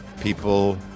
people